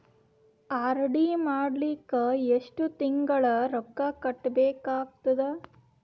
RD ಮಾಡಲಿಕ್ಕ ಎಷ್ಟು ತಿಂಗಳ ರೊಕ್ಕ ಕಟ್ಟಬೇಕಾಗತದ?